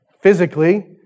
physically